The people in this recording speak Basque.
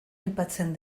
aipatzen